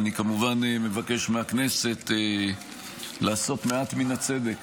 אני כמובן מבקש מהכנסת לעשות מעט מן הצדק